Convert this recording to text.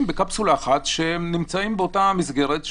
בקפסולה אחת שהם נמצאים באותה מסגרת,